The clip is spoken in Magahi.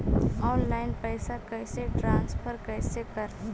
ऑनलाइन पैसा कैसे ट्रांसफर कैसे कर?